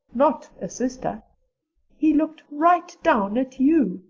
not a sister he looked right down at you.